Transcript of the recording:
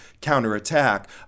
counterattack